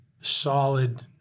solid